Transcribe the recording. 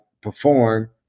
perform